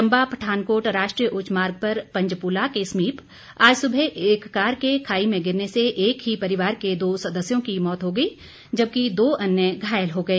चम्बा पठानकोट राष्ट्रीय उच्च मार्ग पर पंजपुला के समीप आज सुबह एक कार के खाई में गिरने से एक ही परिवार के दो सदस्यों की मौत हो गई जबकि दो अन्य घायल हो गए